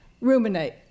ruminate